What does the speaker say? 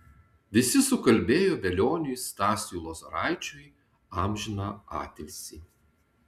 visi sukalbėjo velioniui stasiui lozoraičiui amžiną atilsį